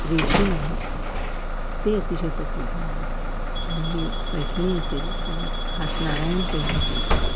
रेशीम आहे ते अतिशय प्रसिद्ध आहे आणि ही पैठणी असेल किंवा खास नारायणपेठ असेल